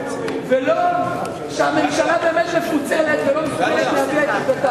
ולא שהממשלה באמת מפוצלת ולא מסוגלת להביע את עמדתה כאן.